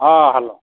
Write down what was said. ହଁ ହ୍ୟାଲୋ